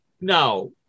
now